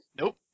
nope